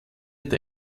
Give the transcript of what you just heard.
der